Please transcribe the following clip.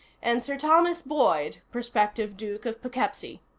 and sir thomas boyd, prospective duke of poughkeepsie.